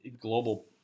Global